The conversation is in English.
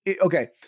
okay